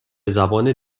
زبان